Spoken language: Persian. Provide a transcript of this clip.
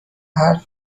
حرف